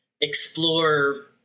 explore